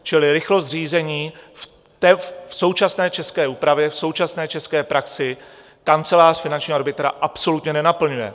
Čili rychlost řízení v současné české úpravě, v současné české praxi, Kancelář finančního arbitra absolutně nenaplňuje.